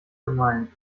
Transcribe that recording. gemeint